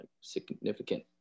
significant